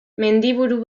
mendiburu